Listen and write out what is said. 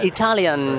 Italian